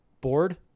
board